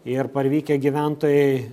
ir parvykę gyventojai